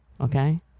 Okay